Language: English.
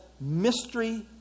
mystery